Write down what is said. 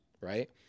right